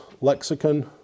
lexicon